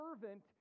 servant